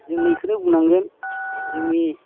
जों बेखोनो बुंनांगोन जोंनि